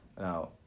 Now